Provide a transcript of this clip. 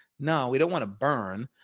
no, we don't want to burn.